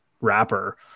rapper